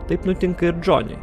taip nutinka ir džoniui